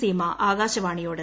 സീമ ആകാശവാണിയോട്